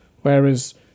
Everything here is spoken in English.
whereas